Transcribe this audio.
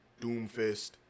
Doomfist